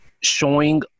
showing